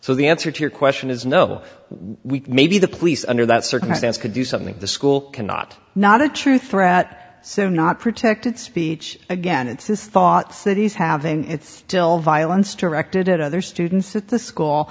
so the answer to your question is no we maybe the police under that circumstance could do something the school cannot not a true threat so not protected speech again it's this thought cities having it's still violence directed at other students at the school